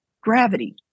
gravity